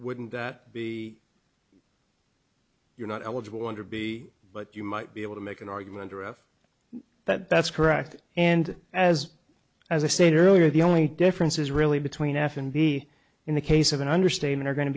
wouldn't that be you're not eligible under b but you might be able to make an argument that that's correct and as as i stated earlier the only difference is really between f and b in the case of an understatement or going to